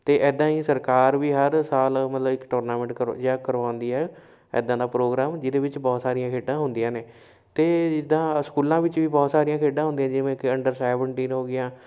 ਅਤੇ ਇੱਦਾਂ ਹੀ ਸਰਕਾਰ ਵੀ ਹਰ ਸਾਲ ਮਤਲਬ ਇੱਕ ਟੂਰਨਾਮੈਂਟ ਕਰੋ ਜਾਂ ਕਰਵਾਉਂਦੀ ਹੈ ਇੱਦਾਂ ਦਾ ਪ੍ਰੋਗਰਾਮ ਜਿਹਦੇ ਵਿੱਚ ਬਹੁਤ ਸਾਰੀਆਂ ਖੇਡਾਂ ਹੁੰਦੀਆਂ ਨੇ ਅਤੇ ਜਿੱਦਾਂ ਅ ਸਕੂਲਾਂ ਵਿੱਚ ਵੀ ਬਹੁਤ ਸਾਰੀਆਂ ਖੇਡਾਂ ਹੁੰਦੀਆਂ ਜਿਵੇਂ ਕਿ ਅੰਡਰ ਸੈਵਨਟੀਨ ਹੋ ਗਈਆਂ